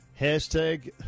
Hashtag